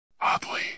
Oddly